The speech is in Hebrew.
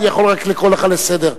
אני יכול רק לקרוא לך לסדר.